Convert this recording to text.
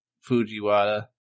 Fujiwara